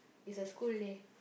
is a school day